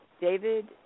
David